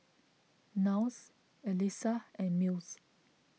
Niles Elissa and Mills